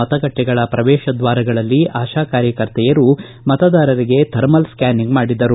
ಮತಗಟ್ಟಿಗಳ ಪ್ರವೇತ ದ್ದಾರಗಳಲ್ಲಿ ಆಶಾ ಕಾರ್ಯಕರ್ತೆಯರು ಮತದಾರರಿಗೆ ಥರ್ಮಲ್ ಸ್ಥ್ಯಾನಿಂಗ್ ಮಾಡಿದರು